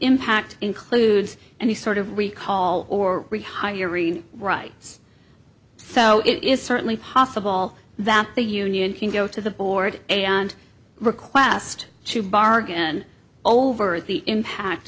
impact includes any sort of recall or rehiring rights so it is certainly possible that the union can go to the board and request to bargain over the impact